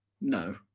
no